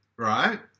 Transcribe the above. right